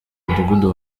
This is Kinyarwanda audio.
mudugudu